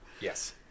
Yes